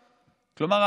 כלומר,